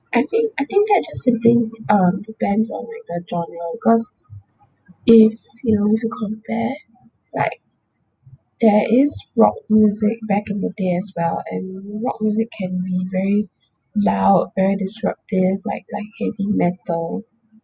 I think I think that just simply um depends on like the genre cause if you know to compare like there is rock music back in the day as well and rock music can be very loud very disruptive like like heavy metal